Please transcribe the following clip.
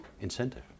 incentive